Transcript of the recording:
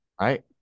Right